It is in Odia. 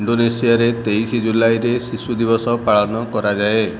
ଇଣ୍ଡୋନେସିଆରେ ତେଇଶ ଜୁଲାଇରେ ଶିଶୁ ଦିବସ ପାଳନ କରାଯାଏ